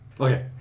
Okay